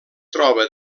troba